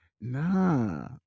nah